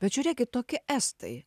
bet žiūrėkit tokie estai